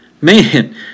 Man